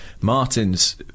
Martins